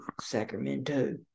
Sacramento